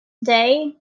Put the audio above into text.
day